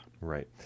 Right